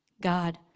God